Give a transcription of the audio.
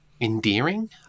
endearing